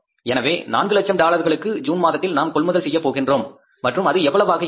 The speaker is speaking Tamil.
எனவே 400000 டாலர்களுக்கு ஜூன் மாதத்தில் நாம் கொள்முதல் செய்யப் போகின்றோம் மற்றும் அது எவ்வளவாக இருக்கும்